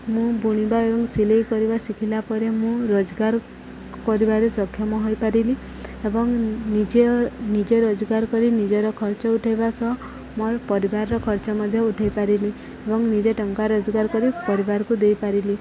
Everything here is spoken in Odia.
ମୁଁ ବୁଣିବା ଏବଂ ସିଲେଇ କରିବା ଶିଖିଲା ପରେ ମୁଁ ରୋଜଗାର କରିବାରେ ସକ୍ଷମ ହୋଇପାରିଲି ଏବଂ ନିଜେ ନିଜେ ରୋଜଗାର କରି ନିଜର ଖର୍ଚ୍ଚ ଉଠାଇବା ସହ ମୋର ପରିବାରର ଖର୍ଚ୍ଚ ମଧ୍ୟ ଉଠାଇପାରିଲି ଏବଂ ନିଜେ ଟଙ୍କା ରୋଜଗାର କରି ପରିବାରକୁ ଦେଇପାରିଲି